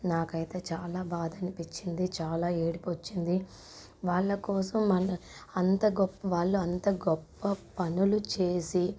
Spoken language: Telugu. నాకైతే చాలా బాధనిపిచ్చింది చాలా ఏడుపొచ్చింది వాళ్ళ కోసం మన అంత గొప్ప వాళ్ళు అంత గొప్ప పనులు చేసి